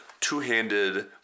two-handed